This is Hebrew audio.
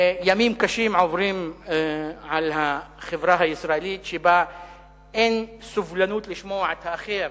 ימים קשים עוברים על החברה הישראלית שבה אין סובלנות לשמוע את האחר,